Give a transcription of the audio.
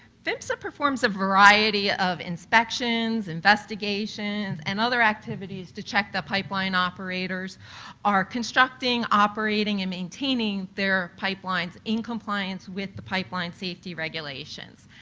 phmsa performs a variety of inspections, investigations and other activities to check the pipeline operators are constructing, operating and maintaining their pipelines in compliance with the pipeline safety regulations.